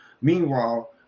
Meanwhile